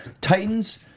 Titans